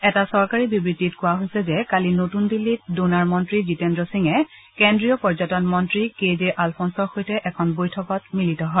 এটা চৰকাৰী বিবৃতিত কয় যে কালি নতুন দিল্লীত ড'নাৰ মন্ত্ৰী জিতেন্দ্ৰ সিঙে কেন্দ্ৰীয় পৰ্যটন মন্ত্ৰী কেজে আলফন্ছৰ সৈতে এখন বৈঠকত মিলিত হয়